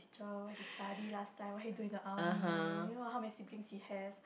job where he studies last time what he do in the army you know how many siblings he have